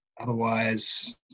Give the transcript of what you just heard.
otherwise